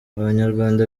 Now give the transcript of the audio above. abanyarwanda